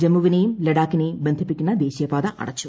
ജിമ്മു്പിനെയും ലഡാക്കിനെയും ബന്ധിപ്പിക്കുന്ന ദേശീയപാത അടച്ചു